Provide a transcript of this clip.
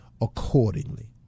accordingly